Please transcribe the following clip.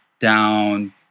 down